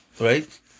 right